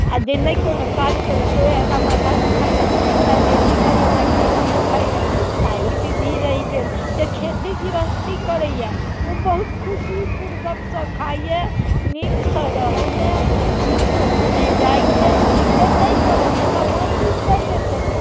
आ जे नहि कोनो काज कयलक ओ हमरा माथा दुखाइए हमरा देह दुखाइए हमरा घेँट दुखाइए ताहि विधि रहि गेल जे खेती गृहस्थी करैए ओ बहुत खुशी पूर्वकसँ खाइए नीकसँ रहैए नीकसँ समय जाइत छै जे नहि करत तकरा बाँहि चुट कऽ देतै